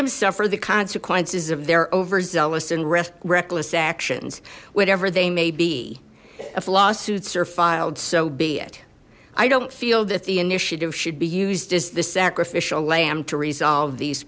them suffer the consequences of their overzealous and reckless actions whatever they may be if lawsuits are filed so be it i don't feel that the initiative should be used as the sacrificial lamb to resolve these